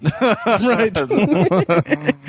Right